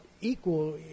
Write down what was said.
equal